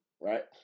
right